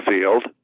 field